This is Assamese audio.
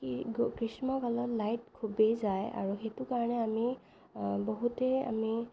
এই গ্ৰীষ্মকালত লাইট খুবেই যায় আৰু সেইটো কাৰণে আমি বহুতেই আমি